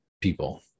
people